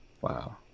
Wow